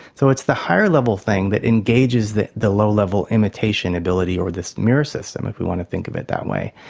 so it's the higher-level thing that engages the the low-level imitation ability or this mirror system, if we want to think of it that way,